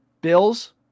Bills